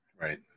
right